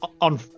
On